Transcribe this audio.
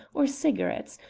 or cigarettes,